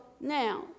now